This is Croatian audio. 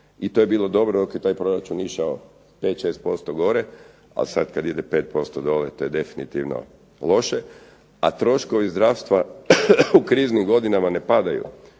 i to je bilo dobro dok je taj proračun išao 5, 6% gore, ali sad kad ide 5% dole to je definitivno loše, a troškovi zdravstva u kriznim godinama ne padaju,